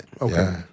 Okay